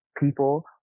people